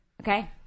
Okay